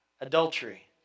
adultery